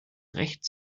recht